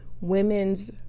women's